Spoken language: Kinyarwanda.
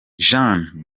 jeanne